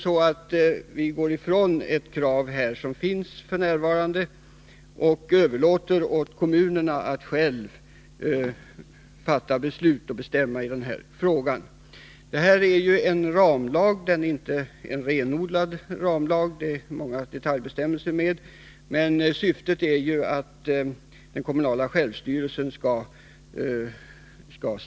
Vi går ifrån de krav som finns f. n. och överlåter åt kommunerna att själva fatta beslut och bestämma i den här frågan. Hälsoskyddslagen är inte en renodlad ramlag, den innehåller många detaljbestämmelser. Men syftet är att den kommunala självstyrelsen skall stärkas.